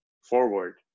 forward